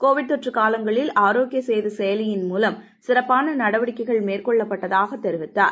Covid தொற்று காலஙக்ளில் ஆரோக்கிய சேது செயலியின் மூலம் சிறப்பான நடவடிக்கைகள் மேற்கொள்ளப்பட்டதாக தெரிவித்தார்